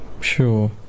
Sure